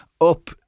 up